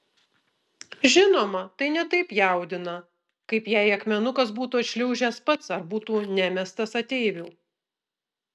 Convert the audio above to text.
žinoma tai ne taip jaudina kaip jei akmenukas būtų atšliaužęs pats ar būtų nemestas ateivių